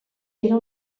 era